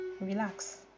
relax